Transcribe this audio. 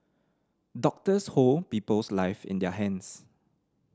doctors hold people's lives in their hands